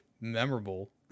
memorable